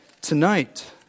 tonight